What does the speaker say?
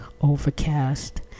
Overcast